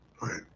right